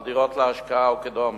על דירות להשקעה וכדומה.